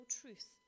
truth